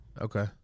Okay